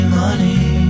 money